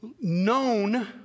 known